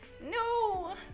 No